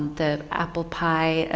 the apple pie. ah